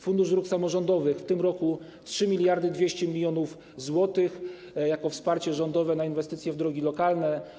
Fundusz Dróg Samorządowych - w tym roku 3200 mln zł jako wsparcie rządowe na inwestycje w drogi lokalne.